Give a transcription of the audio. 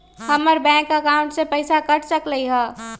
हमर bank account से पैसा कट सकलइ ह?